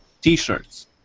T-shirts